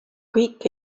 kõik